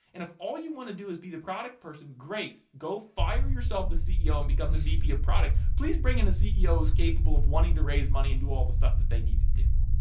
and if all you want to do is be the product person, great! go fire yourself the ceo and become vp of product. please bring in a ceo who's capable of wanting to raise money and do all the stuff that they need to do.